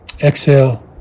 Exhale